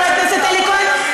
חבר הכנסת אלי כהן,